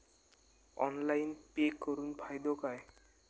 Online pay करुन फायदो काय?